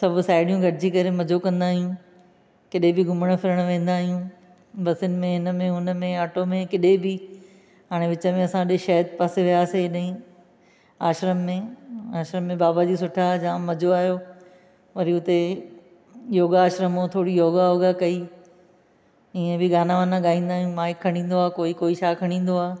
सभु साहिड़ियूं गॾिजी करे मज़ो कंदा आहियूं किथे बि घुमणु फिरणु वेंदा आहियूं बसनि में इन में उन में ऑटो में किथे बि हाणे विच में असां होॾे शहर पासे वियासीं हेॾईं आश्रम में आश्रम में बाबाजी सुठा हुआ जाम मज़ो आहियो वरी उते योगा आश्रम मूं थोरी योगा वोगा कई ईअं बि गाना वाना ॻाईंदा आहियूं माइक खणी ईंदो कोई कोई छा खाणी ईंदो आहे